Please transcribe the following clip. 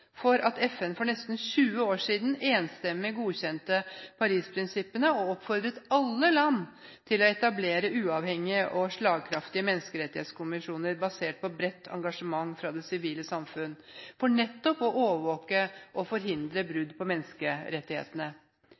for at FN for nesten 20 år siden enstemmig godkjente Paris-prinsippene og oppfordret alle land til å etablere uavhengige og slagkraftige menneskerettighetskommisjoner – basert på bredt engasjement fra det sivile samfunn – for nettopp å overvåke og forhindre brudd på menneskerettighetene.